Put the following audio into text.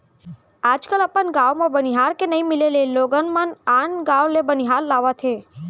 आज कल अपन गॉंव म बनिहार के नइ मिले ले लोगन मन आन गॉंव ले बनिहार लावत हें